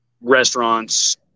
restaurants